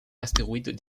astéroïdes